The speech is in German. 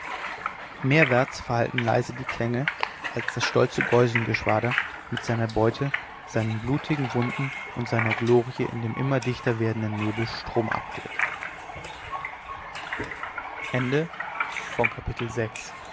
meerwärts verhallten leise die klänge als das stolze geusengeschwader mit seiner beute seinen blutigen wunden und seiner glorie in dem immer dichter werdenden nebel stromab glitt